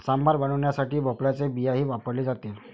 सांबार बनवण्यासाठी भोपळ्याची बियाही वापरली जाते